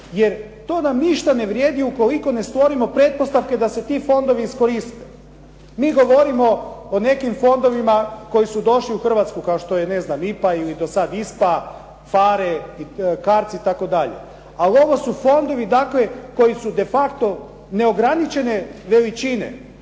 jer to nam ništa ne vrijedi ukoliko ne stvorimo pretpostavke da se ti fondovi iskoriste. Mi govorimo o nekim fondovima koji su došli u Hrvatsku kao što ne znam IPA ili ISPA, PHARE, CARDS itd. ali ovo su fondovi dakle koji su de facto ne ograničene veličine,